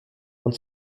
und